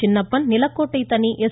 சின்னப்பன் நிலக்கோட்டை தனி எஸ்